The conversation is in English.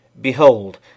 Behold